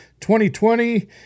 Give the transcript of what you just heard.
2020